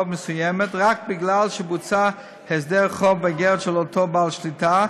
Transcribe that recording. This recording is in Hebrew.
מסוימת רק בגלל שבוצע הסדר חוב באיגרת של אותו בעל שליטה,